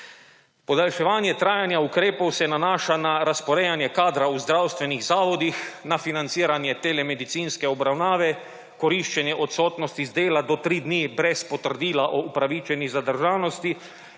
Podaljševanje trajanja ukrepov se nanaša na razporejanje kadra v zdravstvenih zavodih na financiranje telemedicinske obravnave, koriščenje odsotnosti z dela do 3 dni brez potrdila o upravičenosti zadržanosti